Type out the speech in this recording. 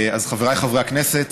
חבריי חברי הכנסת,